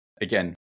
Again